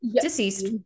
Deceased